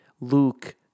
Luke